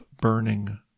burning